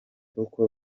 uko